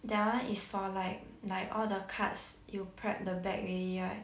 that one is for like like all the carts you prep the bag already right